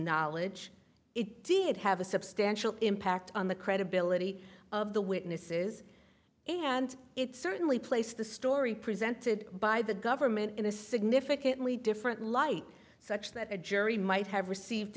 knowledge it did have a substantial impact on the credibility of the witnesses and it certainly placed the story presented by the government in a significantly different light such that a jury might have received